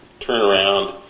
turnaround